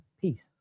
peace